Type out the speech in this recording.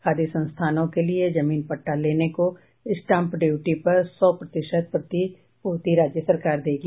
खादी संस्थानों के लिए जमीन पट्टा लेने को स्टाम्प ड्यूटी पर सौ प्रतिशत प्रतिपूर्ति राज्य सरकार देगी